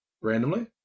randomly